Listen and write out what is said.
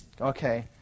Okay